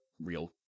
real